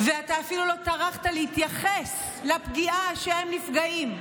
ואתה אפילו לא טרחת להתייחס לפגיעה שהם נפגעים.